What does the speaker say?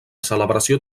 celebració